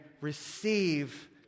receive